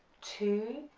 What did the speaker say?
two,